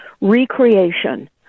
recreation